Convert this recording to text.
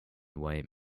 white